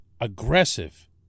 aggressive